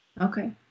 Okay